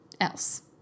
else